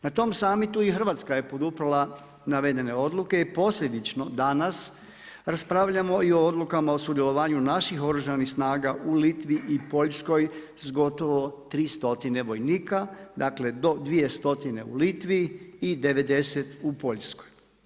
Na tom summitu i Hrvatska je poduprijela navedene odluke i posljedično danas, raspravljamo i o odlukama o sudjelovanju naših Oružanih snaga u Litvi i Poljskoj s gotovo 300 vojnika, dakle do 200 u Litvi i 90 u Poljskoj.